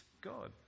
God